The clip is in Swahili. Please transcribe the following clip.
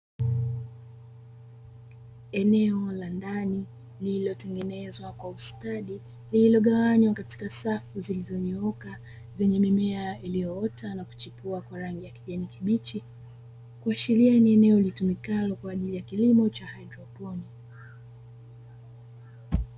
Eneo la ndani lililotengenezwa kwa ustadi, lililogawanywa katika safu zilizonyooka zenye mimea iliyoota na kuchipua kwa rangi ya kijani kibichi, kuashiria ni eneo litumiako kwa ajili ya kilimo cha haidroponi.